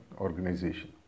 organization